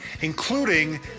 including